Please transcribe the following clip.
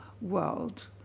world